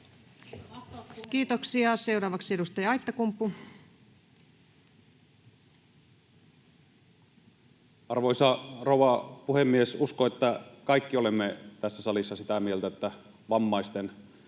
Kiitoksia. — Seuraavaksi edustaja Aittakumpu. Arvoisa rouva puhemies! Uskon, että kaikki olemme tässä salissa sitä mieltä, että vammaisten,